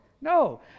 no